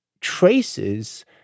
traces